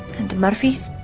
and murphy's.